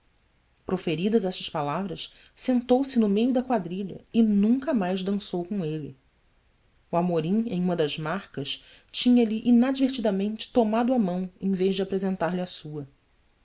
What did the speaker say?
proferidas estas palavras sentou-se no meio da quadrilha e nunca mais dançou com ele o amorim em uma das marcas tinha-lhe inadvertidamente tomado a mão em vez de apresentar-lhe a sua